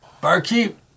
Barkeep